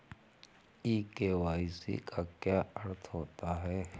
ई KYC का क्या अर्थ होता है?